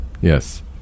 Yes